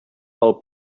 pel